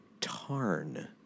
tarn